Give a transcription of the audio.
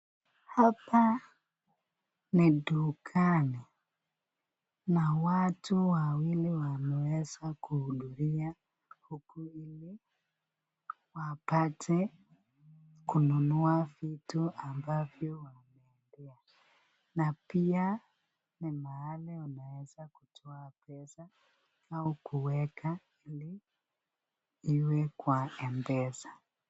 Hapa ni dukani na watu wawili wanaweza kuhudhuria huku ile wapate kununua vitu ambavyo wamehitaji. Na pia ni mahali unaweza kutoa pesa au kuweka ili iwe kwa M-Pesa.